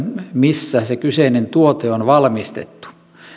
missä se kyseinen tuote on valmistettu